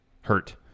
Hurt